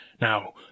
Now